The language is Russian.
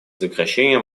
сокращение